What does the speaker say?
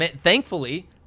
Thankfully